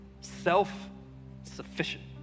self-sufficient